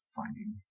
finding